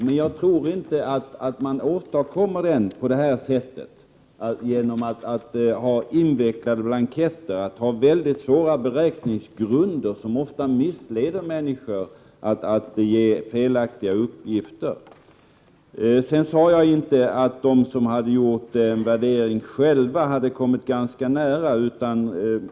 Men jag tror inte att man åstadkommer en sådan genom att ha ett system med invecklade blanketter och mycket svåra beräkningsgrunder, eftersom människor därigenom ofta missleds och lämnar felaktiga uppgifter. Sedan sade jag inte att de som själva har gjort en värdering har kommit ganska nära.